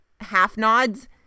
half-nods